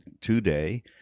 today